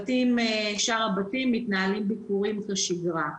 בשאר הבתים מתנהלים ביקורים כשגרה.